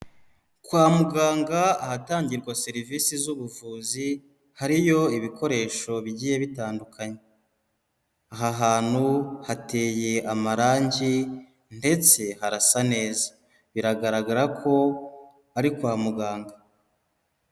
Kwa muganga ahatangirwa serivisi z'ubuvuzi, hariyo ibikoresho bigiye bitandukanye. Aha hantu hateye amarangi ndetse harasa neza, biragaragara ko ari kwa muganga.